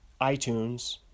iTunes